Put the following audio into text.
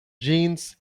jeans